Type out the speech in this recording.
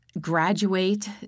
graduate